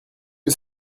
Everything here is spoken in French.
que